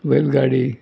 बैलगाडी